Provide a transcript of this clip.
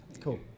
Cool